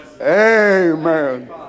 Amen